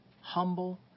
humble